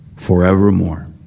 forevermore